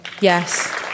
Yes